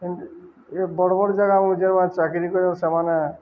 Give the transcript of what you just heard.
କିୁ ଏ ବଡ଼ ବଡ଼ ଜାଗା ମୁମକୁ ଯେମାନେ ଚାକିରି କରିବାବ ସେମାନେ